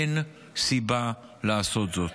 אין סיבה לעשות זאת.